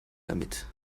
damit